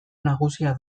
nagusia